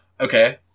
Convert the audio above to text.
Okay